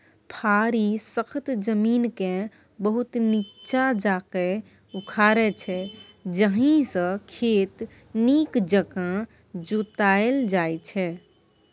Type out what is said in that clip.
फारी सक्खत जमीनकेँ बहुत नीच्चाँ जाकए उखारै छै जाहिसँ खेत नीक जकाँ जोताएल जाइ छै